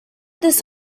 this